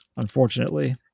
unfortunately